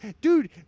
dude